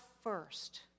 first